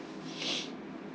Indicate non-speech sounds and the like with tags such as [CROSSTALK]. [NOISE]